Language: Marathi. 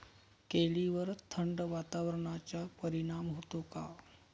केळीवर थंड वातावरणाचा परिणाम होतो का?